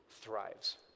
thrives